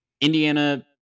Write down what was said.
Indiana